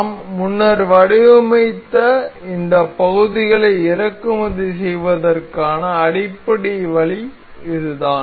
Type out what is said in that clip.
நாம் முன்னர் வடிவமைத்த இந்த பகுதிகளை இறக்குமதி செய்வதற்கான அடிப்படை வழி இதுதான்